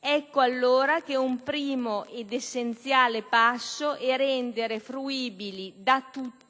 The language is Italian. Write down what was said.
Ecco, allora, che un primo ed essenziale passo è rendere fruibili da tutti,